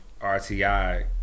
RTI